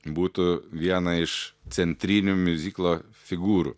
būtų viena iš centrinių miuziklo figūrų